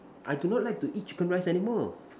I do not like to eat chicken rice anymore